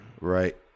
Right